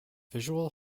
visual